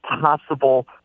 possible